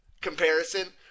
comparison